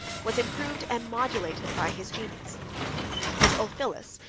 was improved and modulated by his genius and ulphilas,